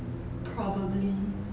probably